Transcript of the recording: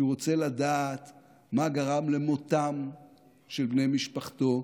כי הוא רוצה לדעת מה גרם למותם של בני משפחתו.